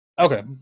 Okay